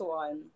one